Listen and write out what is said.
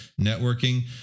networking